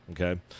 Okay